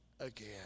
Again